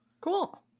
Cool